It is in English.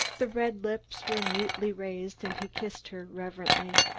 the red lips were mutely raised, and he kissed her reverently.